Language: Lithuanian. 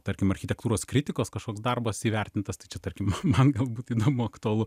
tarkim architektūros kritikos kažkoks darbas įvertintas tai čia tarkim man galbūt įdomu aktualu